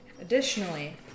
Additionally